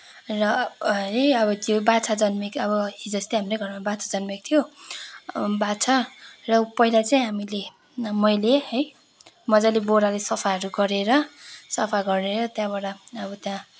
र है अब त्यो बाछा जन्मेको हिजो अस्ति हाम्रै घरमा बाच्छा जन्मेको थियो बाछा र पहिला चाहिँ हामीले मैले है मज्जाले बोराले सफाहरू गरेर सफा गरेर त्यहाँबाट अब त्यहाँ